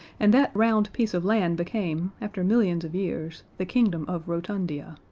and that round piece of land became, after millions of years, the kingdom of rotundia.